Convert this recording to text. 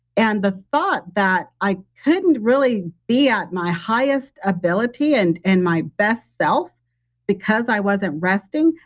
and the thought that i couldn't really be at my highest ability and and my best self because i wasn't resting,